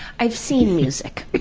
i've seen music,